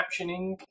captioning